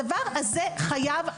הדבר הזה חייב הסדרה.